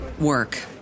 work